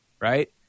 right